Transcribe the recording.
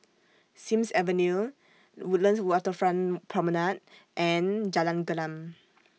Sims Avenue Woodlands Waterfront Promenade and Jalan Gelam